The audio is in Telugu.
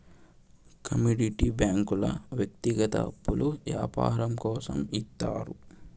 కమోడిటీ బ్యాంకుల వ్యక్తిగత అప్పులు యాపారం కోసం ఇత్తారు